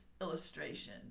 illustration